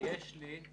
יש לי,